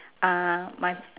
uh my